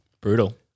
brutal